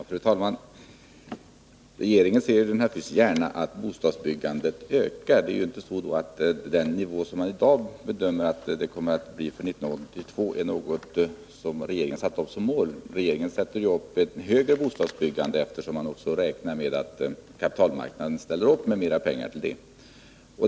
Fru talman! Regeringen ser naturligtvis gärna att bostadsbyggandet ökar. Det är ju inte så att den nivå på vilken man i dag bedömer att bostadsbyggandet kommer att ligga 1982 är den som regeringen har satt upp som mål. Regeringen har ju som mål ett mer omfattande bostadsbyggande, eftersom man räknar med att kapitalmarknaden ställer upp med mer pengar till det.